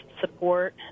support